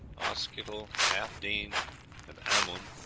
oskytal, halfdene, and amund,